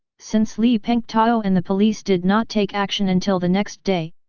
since li pengtao and the police did not take action until the next day,